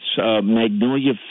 Magnolia